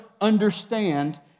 understand